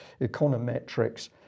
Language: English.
econometrics